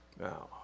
Now